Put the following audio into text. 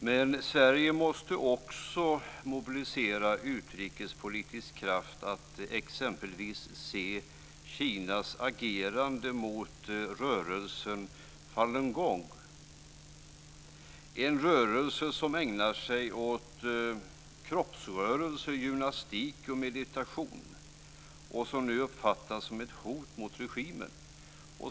Men Sverige måste också mobilisera utrikespolitisk kraft att exempelvis se Kinas agerande mot rörelsen Falun gong, en rörelse som ägnar sig åt kroppsrörelser, gymnastik och meditation och som nu uppfattas som ett hot mot regimen.